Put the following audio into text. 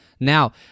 Now